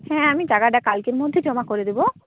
হ্যাঁ আমি টাকাটা কালকের মধ্যে জমা করে দেব